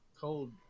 cold